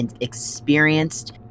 experienced